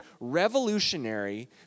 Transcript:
revolutionary